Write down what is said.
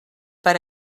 per